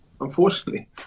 unfortunately